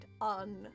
on